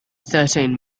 thirteen